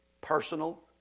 personal